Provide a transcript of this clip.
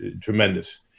Tremendous